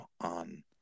on